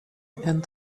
and